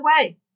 away